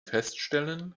feststellen